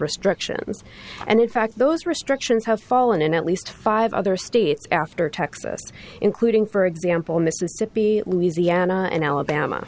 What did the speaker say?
restrictions and in fact those restrictions have fallen in at least five other states after texas including for example mississippi louisiana and alabama